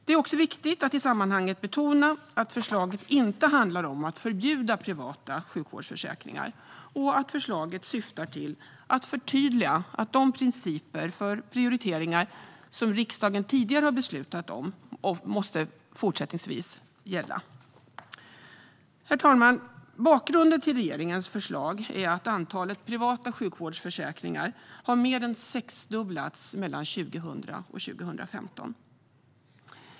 Det är viktigt att i sammanhanget betona att förslaget inte handlar om att förbjuda privata sjukvårdsförsäkringar och att förslaget syftar till att förtydliga att de principer för prioriteringar som riksdagen tidigare har beslutat om fortsättningsvis måste gälla. Herr talman! Bakgrunden till regeringens förslag är att antalet privata sjukvårdsförsäkringar har mer än sexdubblats mellan 2000 och 2015.